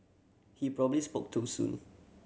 he probably spoke too soon